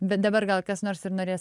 bet dabar gal kas nors ir norės